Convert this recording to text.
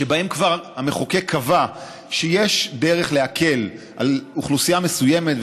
שבהם כבר המחוקק קבע שיש דרך להקל רק לאוכלוסייה מסוימת,